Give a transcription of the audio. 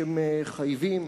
שמחייבים